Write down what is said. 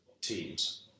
teams